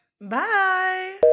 bye